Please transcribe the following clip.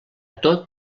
tot